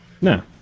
No